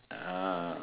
ah